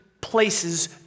places